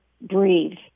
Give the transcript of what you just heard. breathe